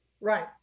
Right